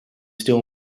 still